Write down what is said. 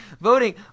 voting